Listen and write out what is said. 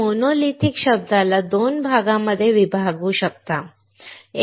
आपण मोनोलिथिक शब्दाला 2 भागांमध्ये विभागू शकतो ठीक आहे